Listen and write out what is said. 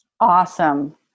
Awesome